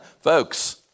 Folks